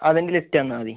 അതിൻ്റെ ലിസ്റ്റ് തന്നാൽ മതി